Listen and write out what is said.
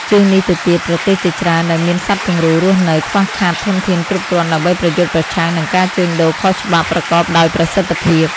ជាងនេះទៅទៀត ប្រទេសជាច្រើនដែលមានសត្វពង្រូលរស់នៅ ខ្វះខាតធនធានគ្រប់គ្រាន់ ដើម្បីប្រយុទ្ធប្រឆាំងនឹងការជួញដូរខុសច្បាប់ប្រកបដោយប្រសិទ្ធភាព។